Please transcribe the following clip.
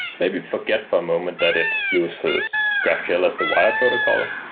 maybe forget for a moment that it uses graphql as the wire protocol.